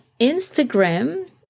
Instagram